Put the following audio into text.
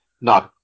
No